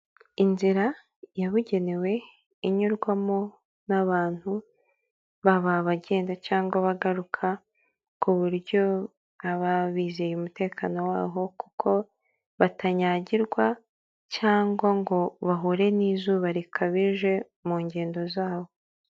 Inzira yabugenewe inyurwamo n'abantu baba bagenda cyangwa bagaruka, ku buryo baba bizeye umutekano waho, kuko batanyagirwa cyangwa ngo bahure n'izuba rikabije mu ngendo zabo.